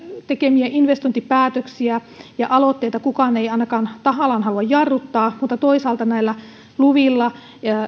tekemiä investointipäätöksiä ja aloitteita kukaan ei ainakaan tahallaan halua jarruttaa niin toisaalta näillä luvilla